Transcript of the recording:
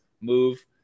move